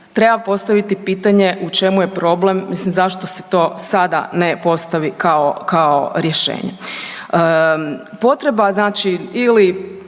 treba postaviti pitanje, u čemu je problem, mislim zašto se to sada ne postavi kao rješenje. Potreba znači ili